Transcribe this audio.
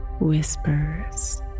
whispers